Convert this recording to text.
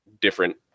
different